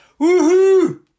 Woohoo